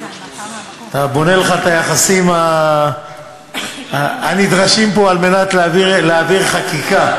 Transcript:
אתה בונה לך את היחסים הנדרשים פה על מנת להעביר חקיקה.